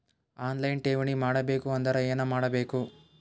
On line ಠೇವಣಿ ಮಾಡಬೇಕು ಅಂದರ ಏನ ಮಾಡಬೇಕು?